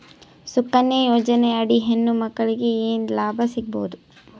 ಸುಕನ್ಯಾ ಯೋಜನೆ ಅಡಿ ಹೆಣ್ಣು ಮಕ್ಕಳಿಗೆ ಏನ ಲಾಭ ಸಿಗಬಹುದು?